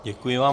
Děkuji vám.